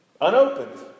unopened